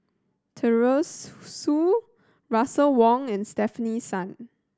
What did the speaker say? Teresa Russel Wong and Stefanie Sun